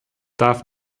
darf